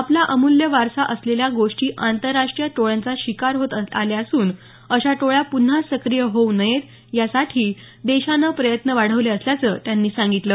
आपला अमूल्य वारसा असलेल्या गोष्टी आंतरराष्ट्रीय टोळ्यांच्या शिकार होत आल्या असून अशा टोळ्या पुन्हा सक्रिय होऊ नयेत यासाठी देशानं प्रयत्न वाढवले असल्याचं त्यांनी सांगितलं